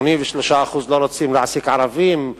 83% לא רוצים להעסיק ערבים,